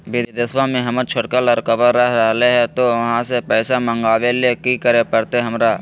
बिदेशवा में हमर छोटका लडकवा रहे हय तो वहाँ से पैसा मगाबे ले कि करे परते हमरा?